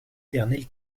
éternelle